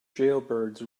jailbirds